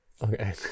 Okay